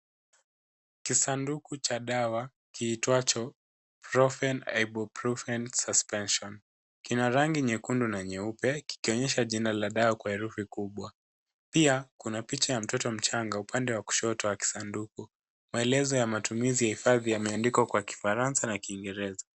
Kisanduku cha dawa kiitwacho Profen Ibuprofen Suspension . Kina rangi nyekundu na nyeupe kikionyesha jina la dawa kwa herufi kubwa. Pia, kuna picha ya mtoto mchanga upande wa kushoto wa kisanduku. Maelezo ya matumizi ya hifadhi yameandikwa kwa kifaransa na kingereza.